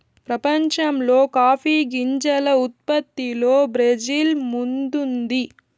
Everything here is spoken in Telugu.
ప్రపంచంలో కాఫీ గింజల ఉత్పత్తిలో బ్రెజిల్ ముందుంది